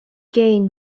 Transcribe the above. gain